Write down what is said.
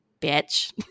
bitch